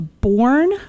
born –